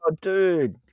dude